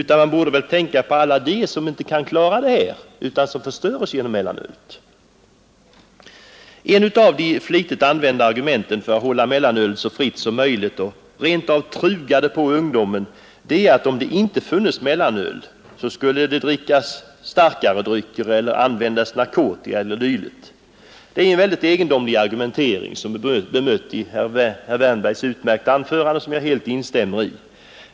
Man borde väl kunna tänka på alla dem som inte kan klara detta utan förstörs genom mellanölet. Ett av de flitigt använda argumenten för att hålla mellanölet så fritt som möjligt och rent av truga det på ungdomen är att om det inte funnes mellanöl så skulle det drickas starkare drycker eller användas narkotika. Det är en mycket egendomlig argumentering, som blev bemött i herr Wärnbergs utmärkta anförande, som jag helt instämmer i.